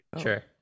Sure